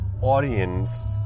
audience